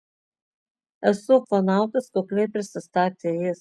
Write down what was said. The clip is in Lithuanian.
esu ufonautas kukliai prisistatė jis